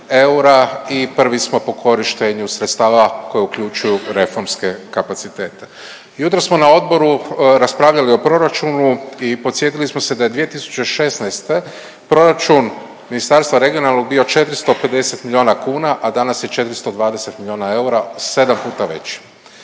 i prvi smo po korištenju sredstava koje uključuju reformske kapacitete. Jutros smo na odboru raspravljali o proračunu i podsjetili smo se da je 2016. proračun ministarstva regionalnog bio 450 milijuna kuna, a danas je 420 milijuna eura, 7 puta veći.